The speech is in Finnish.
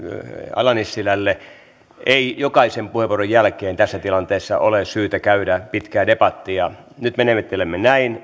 ala nissilälle ei jokaisen puheenvuoron jälkeen tässä tilanteessa ole syytä käydä pitkää debattia nyt menettelemme näin